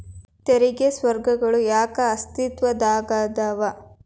ತೆರಿಗೆ ಸ್ವರ್ಗಗಳ ಯಾಕ ಅಸ್ತಿತ್ವದಾಗದವ